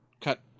cut